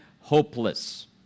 hopeless